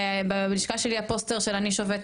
שוויון,